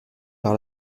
par